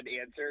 answer